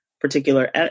particular